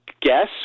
guess